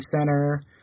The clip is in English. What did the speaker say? center